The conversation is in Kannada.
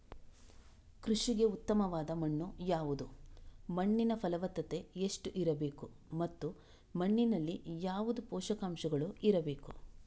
ಕೃಷಿಗೆ ಉತ್ತಮವಾದ ಮಣ್ಣು ಯಾವುದು, ಮಣ್ಣಿನ ಫಲವತ್ತತೆ ಎಷ್ಟು ಇರಬೇಕು ಮತ್ತು ಮಣ್ಣಿನಲ್ಲಿ ಯಾವುದು ಪೋಷಕಾಂಶಗಳು ಇರಬೇಕು?